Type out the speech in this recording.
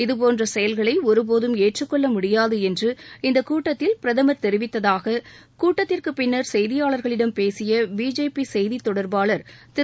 இதபோன்ற செயல்களை ஒருபோதும் ஏற்றுக் கொள்ள முடியாது என்று இந்தக் கூட்டத்தில் பிரதமர் தெரிவித்தாக கூட்டத்திற்குப் பின்னர் செய்தியாளர்களிடம் பேசிய பிஜேபி செய்தி தொடர்பாளர் திரு